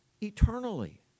eternally